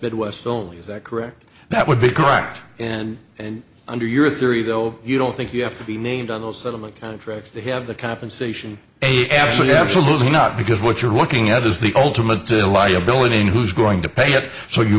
westville is that correct that would be correct and and under your theory though you don't think you have to be named on those settlement contracts they have the compensation am so yeah absolutely not because what you're looking at is the ultimate to liability and who's going to pay it so you